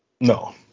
No